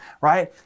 right